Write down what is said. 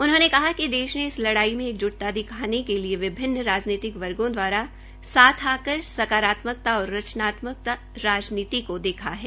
उन्होंने कहा कि देश ने इस लड़ाई में एकज्टता दिखाने के लिए विभिन्न राजनीतिक वर्गो दवारा साथ आकर सकारात्मक और रचनात्मक राजनीति को देखा है